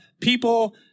people